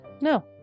No